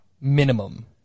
minimum